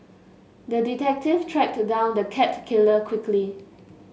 the detective tracked down the cat killer quickly